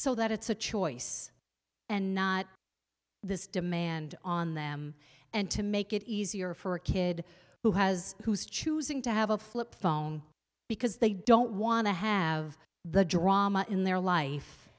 so that it's a choice and not this demand on them and to make it easier for a kid who has who's choosing to have a flip phone because they don't want to have the drama in their life